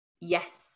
yes